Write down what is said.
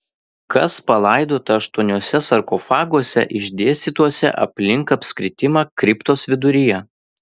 kas palaidota aštuoniuose sarkofaguose išdėstytuose aplink apskritimą kriptos viduryje